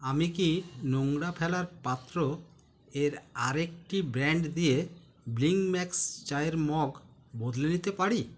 আমি কি নোংরা ফেলার পাত্র এর আরেকটি ব্র্যান্ড দিয়ে ব্লিঙ্কম্যাক্স চায়ের মগ বদলে নিতে পারি